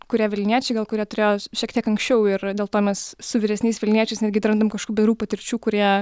kurie vilniečiai gal kurie turėjo šiek tiek anksčiau ir dėl to mes su vyresniais vilniečiais netgi atrandam kažkokių patirčių kurie